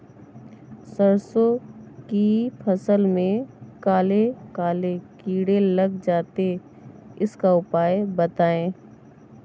सरसो की फसल में काले काले कीड़े लग जाते इसका उपाय बताएं?